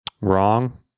Wrong